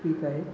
पीक आहे